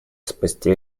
спасти